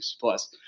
Plus